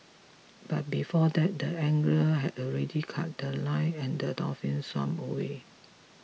but before that the angler had already cut The Line and the dolphin swam away